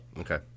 Okay